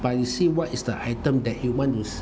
but you see what is the item that humans